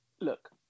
look